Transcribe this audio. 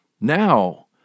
Now